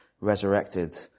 resurrected